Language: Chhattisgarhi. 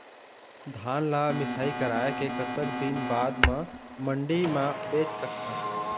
धान ला मिसाई कराए के कतक दिन बाद मा मंडी मा बेच सकथन?